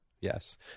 Yes